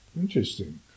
Interesting